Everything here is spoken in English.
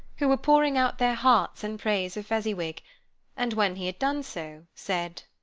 who were pouring out their hearts in praise of fezziwig and when he had done so, said,